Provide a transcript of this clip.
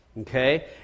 okay